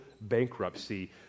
bankruptcy